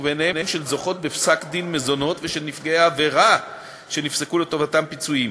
ובהם של זוכות בפסק-דין מזונות ושל נפגעי עבירה שנפסקו לטובתם פיצויים.